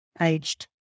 aged